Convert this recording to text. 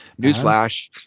newsflash